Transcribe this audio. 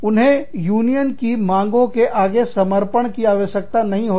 उन्हें यूनियन की मांगों के आगे समर्पण की आवश्यकता नहीं होती